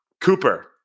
Cooper